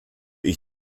ich